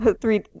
Three